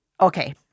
Okay